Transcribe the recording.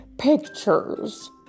Pictures